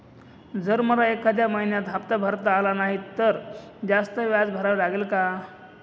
जर मला एखाद्या महिन्यात हफ्ता भरता आला नाही तर जास्त व्याज भरावे लागेल का?